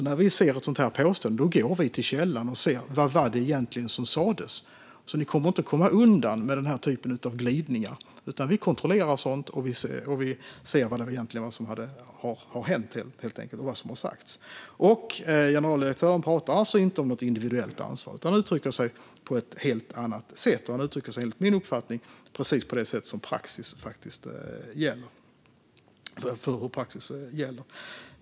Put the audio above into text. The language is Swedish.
När vi ser ett sådant här påstående går vi till källan och ser vad det egentligen var som sas. Ni kommer inte att komma undan med den här typen av glidningar, utan vi kontrollerar sådant. Vi ser helt enkelt vad som egentligen har hänt och vad som har sagts. Generaldirektören pratar alltså inte om något individuellt ansvar utan uttrycker sig på ett helt annat sätt. Han uttrycker sig enligt min uppfattning precis om den praxis som gäller. Fru talman!